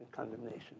condemnation